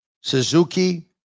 Suzuki